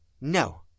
No